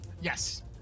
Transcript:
yes